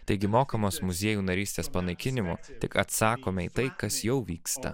taigi mokamos muziejų narystės panaikinimu tik atsakome į tai kas jau vyksta